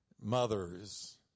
mothers